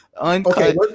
Okay